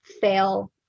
fail